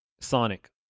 Sonic